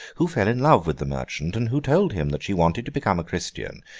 who fell in love with the merchant and who told him that she wanted to become a christian,